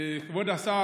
כבוד השר,